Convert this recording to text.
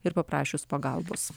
ir paprašius pagalbos